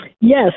Yes